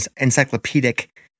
encyclopedic